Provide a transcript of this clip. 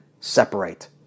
separate